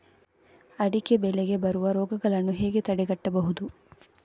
ಅಡಿಕೆ ಬೆಳೆಗೆ ಬರುವ ರೋಗಗಳನ್ನು ಹೇಗೆ ತಡೆಗಟ್ಟಬಹುದು?